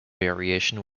variation